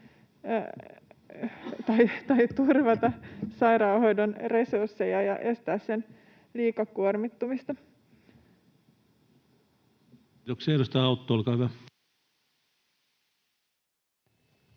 nyt turvata sairaanhoidon resursseja ja estää sen liikakuormittumista.